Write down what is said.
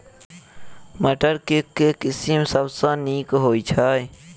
मटर केँ के किसिम सबसँ नीक होइ छै?